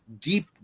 deep